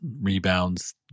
rebounds